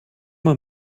man